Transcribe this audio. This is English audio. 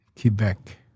Quebec